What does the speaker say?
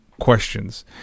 questions